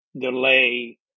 delay